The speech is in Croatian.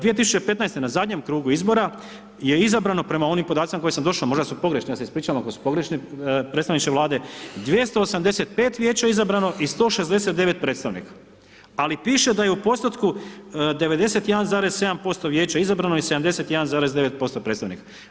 2015. na zadnjem krugu izbora je izabrano prema onim podacima do kojih sam došo, možda su pogrešni ja se ispričavam ako su pogrešni predstavniče Vlade, 285 vijeća je izabrano i 169 predstavnika, ali piše da je u postotku 91,7% vijeća izabrano i 71,9% predstavnika.